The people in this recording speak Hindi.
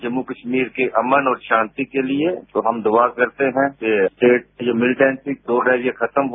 जम्मू कश्मीर के अमन और शांति के लिए तो हम दुआ करते हैं कि स्टेट मिलटेंसी जो ये खत्म हो